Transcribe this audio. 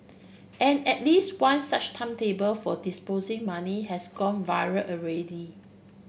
and at least one such timetable for depositing money has gone viral already